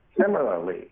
Similarly